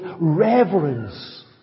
reverence